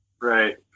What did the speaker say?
Right